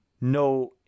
no